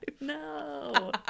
No